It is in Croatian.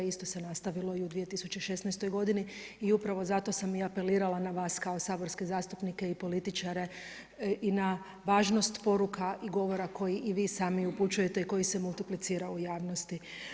Isto se nastavilo i u 2016. godini i upravo zato sam i apelirala na vas kao saborske zastupnike i političare i na važnost poruka i govora koji i vi sami upućujete koji se multiplicira u javnosti.